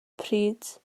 pryd